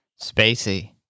spacey